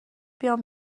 بیام